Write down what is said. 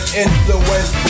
influence